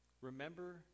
remember